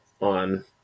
on